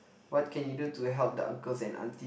what can you do to help the uncles and aunty